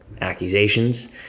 accusations